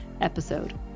episode